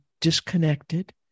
disconnected